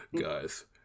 Guys